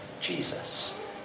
Jesus